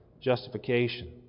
justification